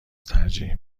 ترجیح